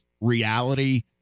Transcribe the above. reality